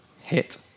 Hit